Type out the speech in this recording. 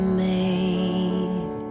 made